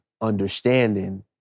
understanding